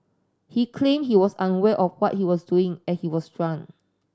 he claimed he was unaware of what he was doing as he was drunk